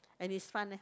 and he's fun leh